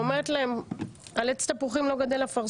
ואז אימא שלי מסתכלת עליהם ואומרת להם: על עץ תפוחים לא גדל אפרסק.